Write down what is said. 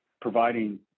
providing